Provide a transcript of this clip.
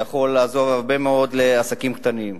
זה יכול לעזור מאוד לעסקים קטנים,